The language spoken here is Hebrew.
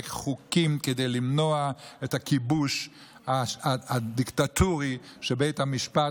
חוקים כדי למנוע את הכיבוש הדיקטטורי שבו בית המשפט